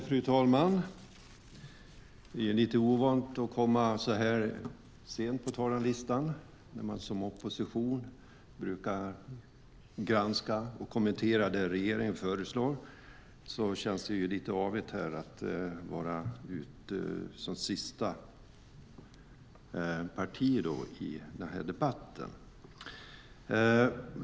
Fru talman! Det är lite ovant för mig att komma så här sent på talarlistan. När man som opposition brukar granska och kommentera det regeringen föreslår känns det lite avigt att vara ute som sista parti i debatten.